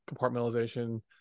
compartmentalization